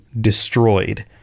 destroyed